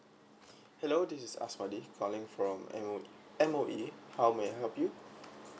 hello this is asmadi calling from MO M_O_E how may I help you